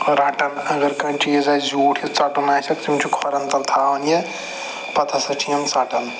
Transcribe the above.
رَٹان اَگر کانٛہہ چیٖز آسہِ زیوٗٹھ یا ژَٹُن آسٮ۪کھ تِم چھِ کھۄرَن تَل تھاوان یہِ پَتہٕ ہسا چھِ یِم ژَٹان